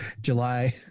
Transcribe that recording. July